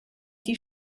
die